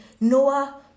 Noah